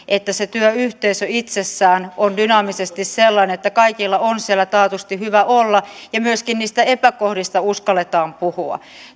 että se työyhteisö itsessään on dynaamisesti sellainen että kaikilla on siellä taatusti hyvä olla ja myöskin niistä epäkohdista uskalletaan puhua